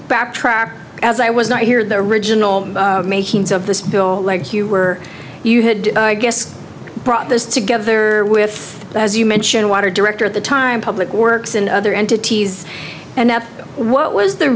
backtrack as i was not here the original makings of this bill like you were you had i guess brought this together with as you mentioned water director at the time public works and other entities and what was the